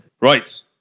Right